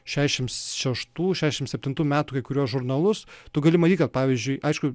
šešiasdešimt šeštų šešiasdešimt septintų metų kai kuriuos žurnalus tu gali matyti kad pavyzdžiui aišku